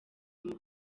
umu